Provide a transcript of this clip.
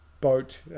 boat